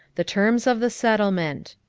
the terms of the settlement.